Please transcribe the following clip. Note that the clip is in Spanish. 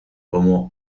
como